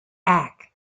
act